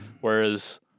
Whereas